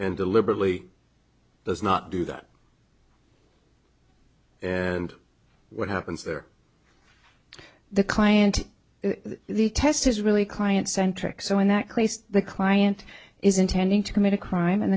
and deliberately does not do that and what happens there the client the test is really client centric so in that case the client is intending to commit a crime and